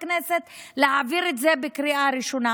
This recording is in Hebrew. להעביר את זה בקריאה ראשונה.